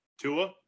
Tua